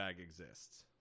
exists